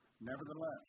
Nevertheless